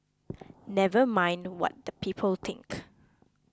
never mind what the people think